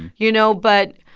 you know. but